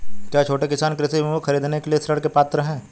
क्या छोटे किसान कृषि भूमि खरीदने के लिए ऋण के पात्र हैं?